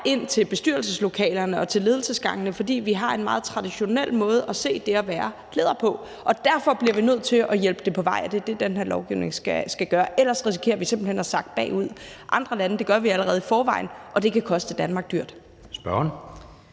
ind til bestyrelseslokalerne og til ledelsesgangene, fordi vi har en meget traditionel måde at se det at være leder på. Derfor bliver vi nødt til at hjælpe det på vej, og det er det, den her lovgivning skal gøre. Ellers risikerer vi simpelt hen at sakke bagud i forhold til andre lande. Det gør vi allerede i forvejen, og det kan koste Danmark dyrt. Kl.